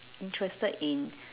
interested in